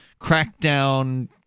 crackdown